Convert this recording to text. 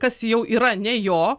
kas jau yra ne jo